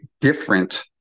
different